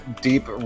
deep